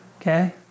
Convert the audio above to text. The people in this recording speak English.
okay